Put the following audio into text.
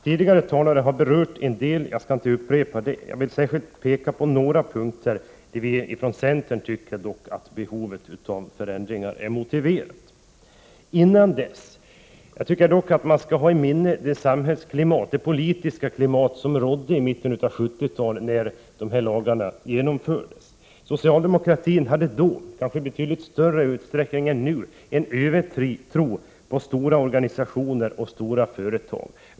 Tidigare talare har berört en del områden, och jag skall inte upprepa dem. Jag vill emellertid peka på några punkter där vi från centerpartiet anser att behovet av förändringar är motiverat. Innan jag går in på dessa punkter finns det dock anledning att påminna om det samhällsklimat, det politiska klimat, som rådde i mitten av 1970-talet när dessa lagar infördes. Socialdemokratin hade då, kanske i betydligt större utsträckning än nu, en övertro på stora organisationer och stora företag.